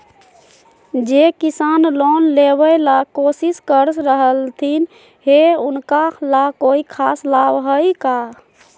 जे किसान लोन लेबे ला कोसिस कर रहलथिन हे उनका ला कोई खास लाभ हइ का?